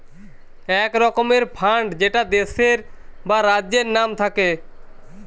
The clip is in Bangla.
এক রকমের ফান্ড যেটা দেশের বা রাজ্যের নাম থাকে